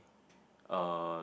uh